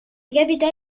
capitale